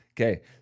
Okay